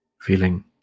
feeling